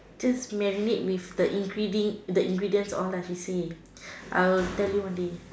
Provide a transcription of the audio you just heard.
just mainly with the ingredients all she say I will tell you only